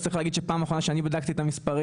אז רציך להגיד שפעם אחרונה שאני בדקתי את המספרים,